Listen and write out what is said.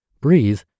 breathe